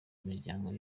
imiryango